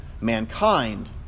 mankind